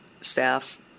staff